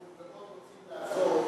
כבוד שרת הבריאות, אנחנו מאוד רוצים לעזור,